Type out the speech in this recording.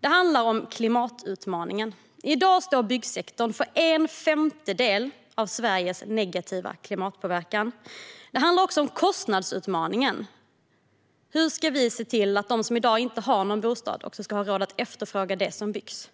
Den första är klimatutmaningen. I dag står byggsektorn för en femtedel av Sveriges negativa klimatpåverkan. Den andra är kostnadsutmaningen. Hur ska vi se till att de som inte har någon bostad har råd att efterfråga det som byggs?